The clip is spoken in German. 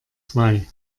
zwei